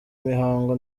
mihango